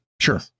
Sure